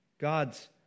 God's